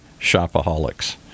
shopaholics